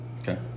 Okay